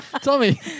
Tommy